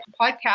podcast